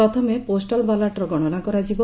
ପ୍ରଥମେ ପୋଷ୍ଟାଲ୍ ବାଲାଟର ଗଣନା କରାଯିବ